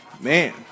man